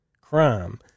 crime